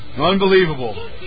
Unbelievable